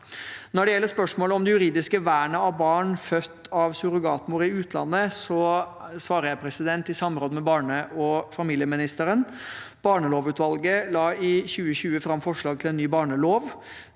Når det gjelder spørsmålet om det juridiske vernet av barn født av surrogatmor i utlandet, svarer jeg i samråd med barne- og familieministeren. Barnelovutvalget la i 2020 fram forslag til en ny barnelov.